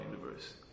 universe